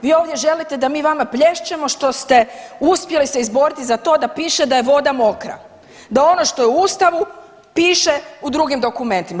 Vi ovdje želite da mi vama plješćemo što ste uspjeli se izboriti za to da piše da je voda mokra, da ono što je u Ustavu piše u drugim dokumentima.